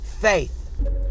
Faith